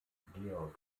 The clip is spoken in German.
georg